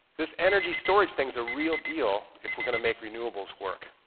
this energy storage things are real deal if we're gonna make renewables work.